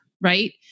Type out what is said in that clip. right